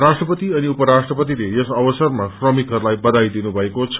राष्ट्रपति अनि उप राष्ट्रपतिले यस अवसरामा श्रमिकहरूलाई बयाई दिनु भएको छ